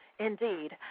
Indeed